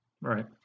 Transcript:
Right